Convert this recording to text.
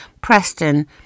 Preston